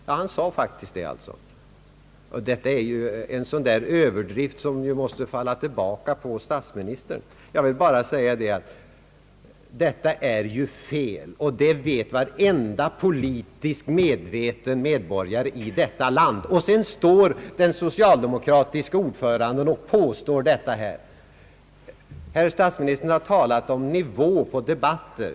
Ja, han sade faktiskt det. Detta är en sådan där överdrift som måste falla tillbaka på statsministern själv. Jag vill bara säga att detta är fel, och det vet varenda politiskt medveten medborgare i detta land, men ändå står den socialdemokratiske ordföranden och påstår detta i kammaren. Herr statsministern talade om nivå på debatter.